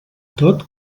tot